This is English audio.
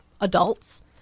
adults